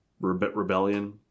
rebellion